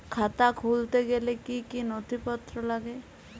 খাতা খুলতে গেলে কি কি নথিপত্র লাগে?